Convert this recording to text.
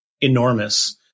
enormous